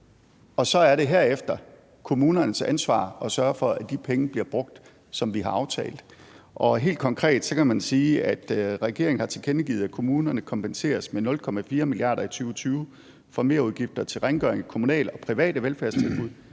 og så er det herefter kommunernes ansvar at sørge for, at de penge bliver brugt, som vi har aftalt. Og helt konkret kan man sige, at regeringen har tilkendegivet, at kommunerne kompenseres med 0,4 mia. kr. i 2020 for merudgifter til rengøring, kommunale og private velfærdstilbud,